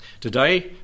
Today